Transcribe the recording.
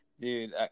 Dude